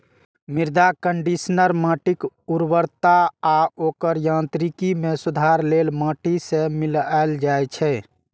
मृदा कंडीशनर माटिक उर्वरता आ ओकर यांत्रिकी मे सुधार लेल माटि मे मिलाएल जाइ छै